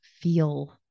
feel